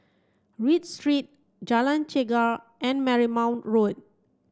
Read Street Jalan Chegar and Marymount Road